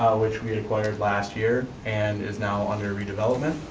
which we acquired last year, and is now under redevelopment.